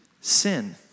Sin